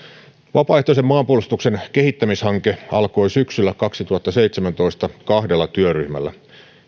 vapaaehtoisen maanpuolustuksen kehittämishanke alkoi syksyllä kaksituhattaseitsemäntoista kahdella työryhmällä